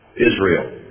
Israel